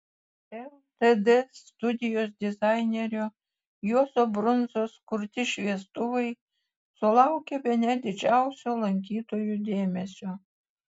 ltd studijos dizainerio juozo brundzos kurti šviestuvai sulaukė bene didžiausio lankytojų dėmesio